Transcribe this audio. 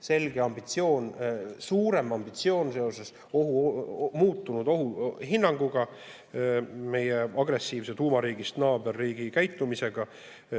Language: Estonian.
selge ambitsioon, suurem ambitsioon seoses muutunud ohuhinnanguga meie agressiivsest tuumariigist naaberriigi käitumisele